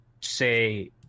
say